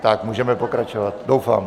Tak, můžeme pokračovat, doufám.